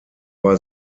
war